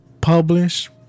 publish